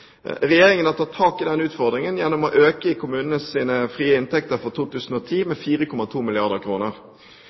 Regjeringen har tatt tak i den utfordringen gjennom å øke kommunenes frie inntekter for 2010 med 4,2 milliarder